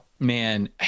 Man